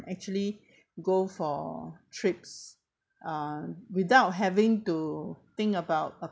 actually go for trips uh without having to think about